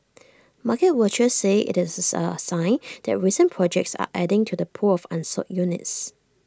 market watchers said IT is A sign that recent projects are adding to the pool of unsold units